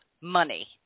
money